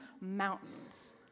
mountains